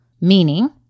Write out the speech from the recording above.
meaning